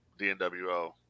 DNWO